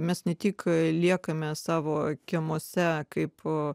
mes ne tik liekame savo kiemuose kaipo